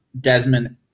Desmond